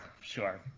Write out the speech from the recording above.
sure